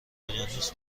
اقیانوس